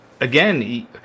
again